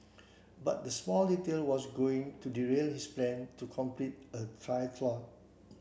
but that small detail was going to derail his plan to complete a